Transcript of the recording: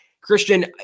Christian